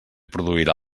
produirà